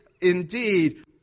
indeed